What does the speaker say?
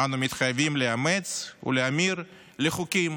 אנו מתחייבים לאמץ ולהמיר לחוקים